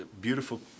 beautiful